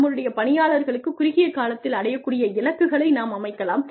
நம்முடைய பணியாளர்களுக்குக் குறுகிய காலத்தில் அடையக்கூடிய இலக்குகளை நாம் அமைக்கலாம்